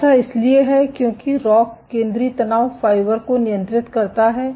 ऐसा इसलिए है क्योंकि रॉक केंद्रीय तनाव फाइबर को नियंत्रित करता है